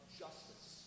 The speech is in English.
justice